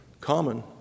common